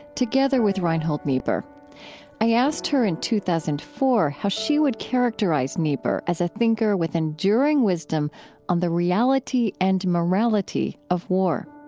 together with reinhold niebuhr i asked her in two thousand and four, how she would characterize niebuhr as a thinker with enduring wisdom on the reality and morality of war